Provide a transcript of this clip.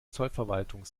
zollverwaltung